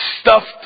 stuffed